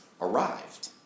arrived